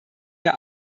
der